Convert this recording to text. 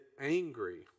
angry